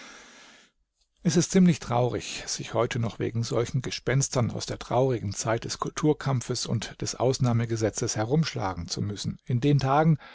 es ist ziemlich traurig sich heute noch wegen solchen gespenstern aus der traurigen zeit des kulturkampfes und des ausnahmegesetzes herumschlagen zu müssen in den tagen